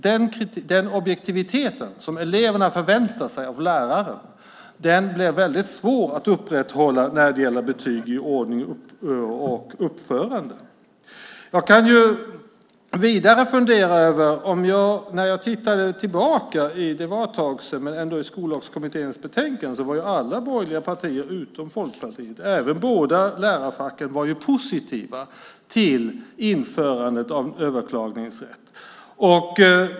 Den objektivitet som eleverna förväntar sig av läraren blir väldigt svår att upprätthålla när det gäller betyg i ordning och uppförande. För ett tag sedan gick jag tillbaka och tittade i Skollagskommitténs betänkande. Där var alla borgerliga partier utom Folkpartiet, även båda lärarfacken, positiva till införandet av en överklagningsrätt.